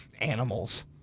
animals